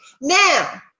Now